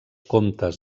comtes